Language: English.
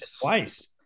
twice